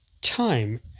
time